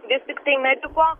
vis tiktai mediko